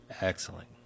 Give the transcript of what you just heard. Excellent